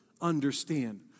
understand